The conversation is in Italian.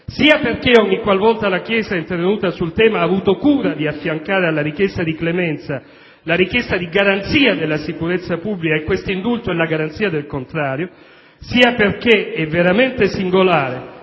sia perché, ogniqualvolta che la Chiesa è intervenuta sul tema, ha avuto cura di affiancare alla richiesta di clemenza la richiesta di garanzia della sicurezza pubblica (e questo indulto è la garanzia del contrario), sia perché è veramente singolare